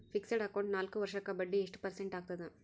Fixed account ನಾಲ್ಕು ವರ್ಷಕ್ಕ ಬಡ್ಡಿ ಎಷ್ಟು ಪರ್ಸೆಂಟ್ ಆಗ್ತದ?